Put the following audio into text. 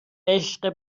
عشق